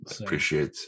appreciate